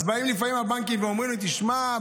אז באים לפעמים הבנקים ואומרים לי: תשמע,